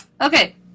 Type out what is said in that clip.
Okay